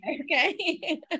okay